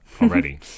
already